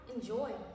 enjoy